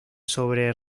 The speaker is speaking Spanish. sobre